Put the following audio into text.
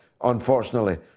unfortunately